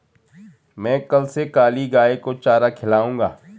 मैं कल से काली गाय को चारा खिलाऊंगा